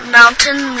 mountain